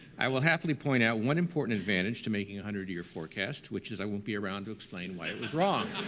i will happily point out one important advantage to making a one hundred year forecast, which is i won't be around to explain why it was wrong.